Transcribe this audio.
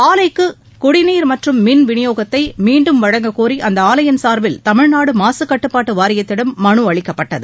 ஆலைக்கு குடிநீர் மற்றும் மின் விநியோகத்தை மீண்டும் வழங்கக்கோரி அந்த ஆலையின் சார்பில் தமிழ்நாடு மாசு கட்டுப்பாட்டு வாரியத்திடம் மனு அளிக்கப்பட்டது